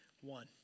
one